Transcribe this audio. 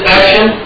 action